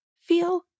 feel